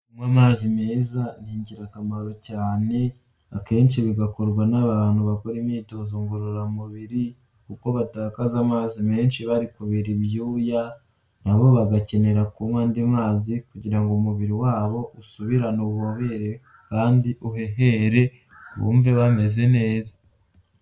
Kunywa amazi meza ni ingirakamaro cyane, akenshi bigakorwa n'abantu bakora imyitozo ngororamubiri kuko batakaza amazi menshi bari kubira ibyuya, nabo bagakenera kunywa andi mazi kugira ngo umubiri wabo usubirane ububobere kandi uhehere bumve bameze neza.